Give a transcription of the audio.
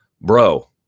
Bro